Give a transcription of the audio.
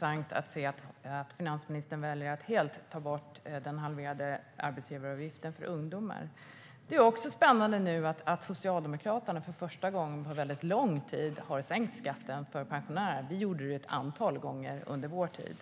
tanke på att finansministern väljer att ta bort den halverade arbetsgivaravgiften för ungdomar. Det är också spännande att Socialdemokraterna nu, för första gången på väldigt lång tid, har sänkt skatten för pensionärer. Vi gjorde det ett antal gånger under vår tid.